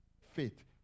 faith